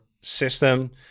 system